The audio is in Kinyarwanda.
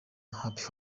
happy